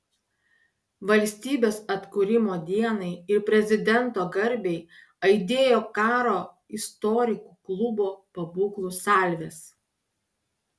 valstybės atkūrimo dienai ir prezidento garbei aidėjo karo istorikų klubo pabūklų salvės